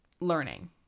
Learning